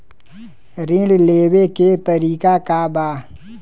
ऋण लेवे के तरीका का बा?